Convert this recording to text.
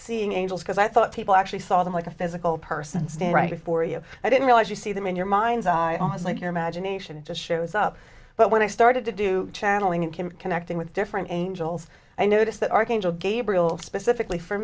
seeing angels because i thought people actually saw them like a physical person stand right before you i didn't realize you see them in your mind's eye i was like your imagination just shows up but when i started to do channeling it came connecting with different angels i noticed that archangel gabriel specifically for